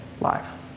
life